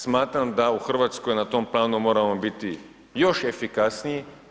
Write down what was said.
Smatram da u Hrvatskoj na tom planu moramo biti još efikasniji.